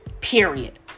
Period